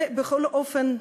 ובכל אופן,